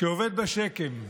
שעובד בשק"ם.